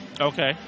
Okay